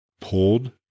pulled